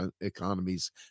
economies